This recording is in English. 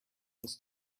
was